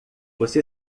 você